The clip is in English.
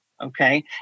Okay